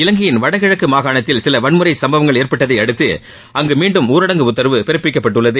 இலங்கையின் வடகிழக்கு மாகாணத்தில் சில வன்முறை சம்பவங்கள் ஏற்பட்டதை அடுத்து அங்கு மீண்டும் ஊரடங்கு உத்தரவு பிறப்பிக்கப்பட்டுள்ளது